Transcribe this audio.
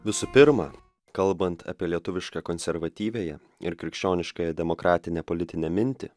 visų pirma kalbant apie lietuvišką konservatyviąją ir krikščioniškąją demokratinę politinę mintį